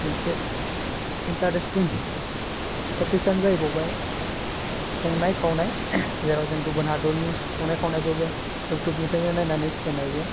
मोनसे इन्टारेस्थिं टपिसानो जाहैबावबाय संनाय खावनाय जेराव जों गुबुन हादरनि संनाय खावनायखौबो इउटुबनिफ्राइनो नायनानै सिखायनो हायो